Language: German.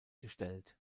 gestellt